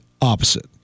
opposite